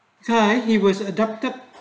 guy he was adopted